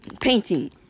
painting